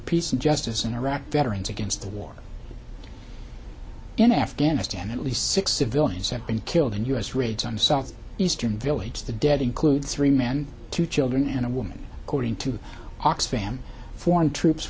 peace and justice in iraq veterans against the war in afghanistan at least six civilians have been killed in u s raids on south eastern village the dead include three men two children and a woman coding to oxfam foreign troops